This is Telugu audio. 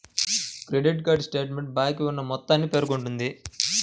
క్రెడిట్ కార్డ్ స్టేట్మెంట్ బాకీ ఉన్న మొత్తాన్ని పేర్కొంటుంది